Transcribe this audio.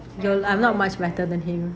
ya I'm not much better than him